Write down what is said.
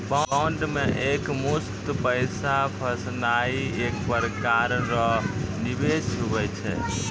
bond मे एकमुस्त पैसा फसैनाइ एक प्रकार रो निवेश हुवै छै